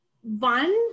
One